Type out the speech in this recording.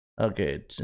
okay